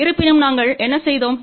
இருப்பினும் நாங்கள் என்ன செய்தோம்